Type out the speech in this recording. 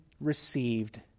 received